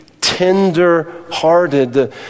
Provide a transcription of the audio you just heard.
tender-hearted